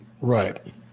Right